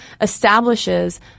establishes